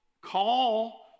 Call